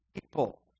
people